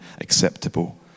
acceptable